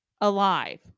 alive